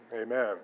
Amen